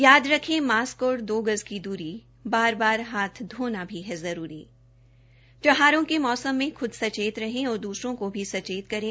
याद रखें मास्का और दो गज की दूरी बार बार हाथ धोना भी है जरूरी के मौसम में खुद सचेत रहे और दूसरों को भी सचेत करें